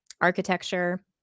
architecture